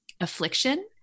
affliction